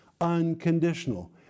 unconditional